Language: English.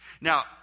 Now